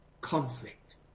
conflict